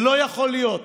ולא יכול להיות